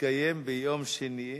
תתקיים ביום שני,